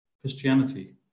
Christianity